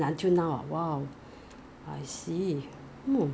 it was more quiet during the circuit breaker